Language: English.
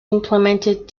implemented